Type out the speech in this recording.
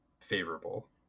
favorable